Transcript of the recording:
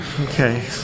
okay